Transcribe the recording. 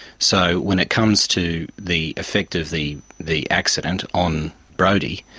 so when it comes to the effect of the the accident on brodie,